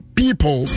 people